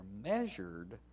measured